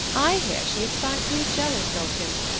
i hear she is frightfully jealous of him.